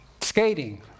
skating